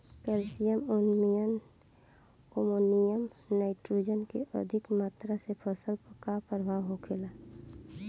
Calcium ammonium nitrate के अधिक मात्रा से फसल पर का प्रभाव होखेला?